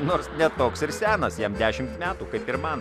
nors ne toks ir senas jam dešimt metų kaip ir man